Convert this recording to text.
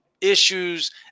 issues